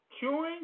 Chewing